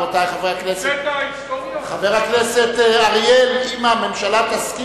רבותי חברי הכנסת, המצאת היסטוריה?